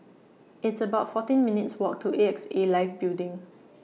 It's about fourteen minutes' Walk to A X A Life Building